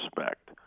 respect